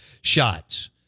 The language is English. Shots